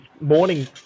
morning